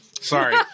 Sorry